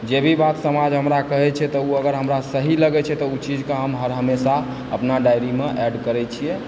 जे भी बात समाज हमरा कहय छै तऽ ओ अगर हमरा सही लगै छै तऽ ओ चीजकेँ हम हर हमेशा अपना डायरीमे एड करै छियै